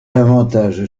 davantage